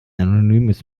anonymes